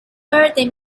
birthday